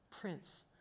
Prince